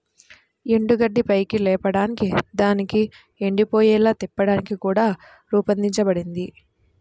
ఎండుగడ్డిని పైకి లేపడానికి దానిని ఎండిపోయేలా తిప్పడానికి కూడా రూపొందించబడింది